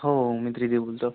हो मी त्रिदेव बोलतो